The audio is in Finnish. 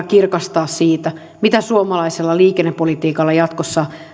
kirkastaa siitä mitä suomalaisella liikennepolitiikalla jatkossa